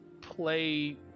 play